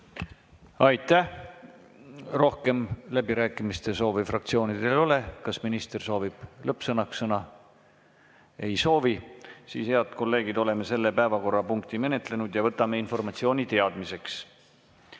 Aitäh! Rohkem läbirääkimiste soovi fraktsioonidel ei ole. Kas minister soovib lõppsõnaks sõna? Ei soovi. Siis, head kolleegid, oleme selle päevakorrapunkti menetlenud ja võtame informatsiooni teadmiseks.